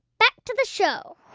back to the show